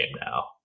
now